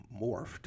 morphed